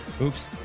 Oops